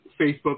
Facebook